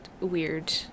weird